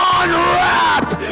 unwrapped